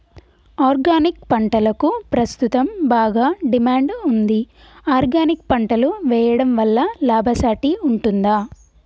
Organic పంటలకు ప్రస్తుతం బాగా డిమాండ్ ఉంది ఆర్గానిక్ పంటలు వేయడం వల్ల లాభసాటి ఉంటుందా?